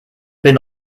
been